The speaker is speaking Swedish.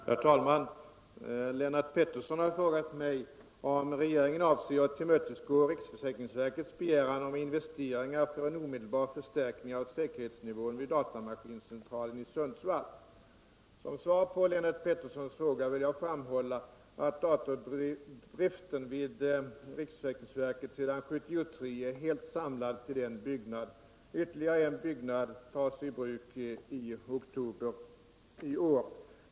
Herr talman! Lennart Pettersson har frågat mig om regeringen avser att tillmötesgå riksförsäkringsverkets begäran om investeringar för en omedelbar förstärkning av säkerhetsnivån vid datamaskincentralen i Sundsvall. Som svar på Lennart Petterssons fråga vill jag framhålla att datordriften vid riksförsäkringsverket sedan 1973 är helt samlad till en byggnad. Ytterligare en byggnad kommer att tas i bruk i oktober i år.